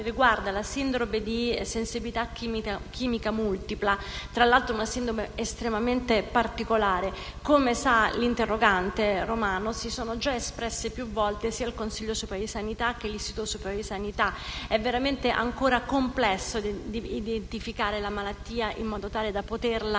riguarda la sindrome di sensibilità chimica multipla, tra l'altro una sindrome estremamente particolare, come sa l'interrogante, senatore Romano, si sono già espressi più volte sia il Consiglio superiore di sanità sia l'Istituto superiore di sanità. È veramente ancora complesso identificare la malattia in modo tale da poterla